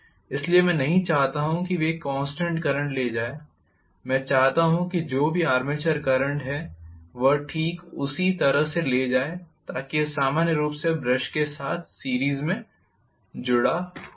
इसलिए मैं नहीं चाहता हूं कि वे एक कॉन्स्टेंट करंट ले जाए मैं चाहता हूं कि जो भी आर्मेचर करंट है वह ठीक उसी तरह से ले जाए ताकि यह सामान्य रूप से ब्रश के साथ सीरीज़ में जुड़ा हो